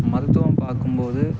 மருத்துவம் பார்க்கும்போது